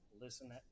listen